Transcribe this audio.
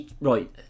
Right